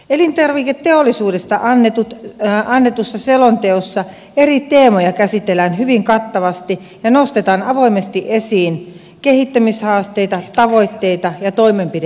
elintarviketeollisuudesta annetussa selonteossa eri teemoja käsitellään hyvin kattavasti ja nostetaan avoimesti esiin kehittämishaasteita tavoitteita ja toimenpide esityksiä